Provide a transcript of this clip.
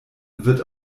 wird